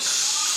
שרפות מזעזעות,